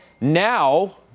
Now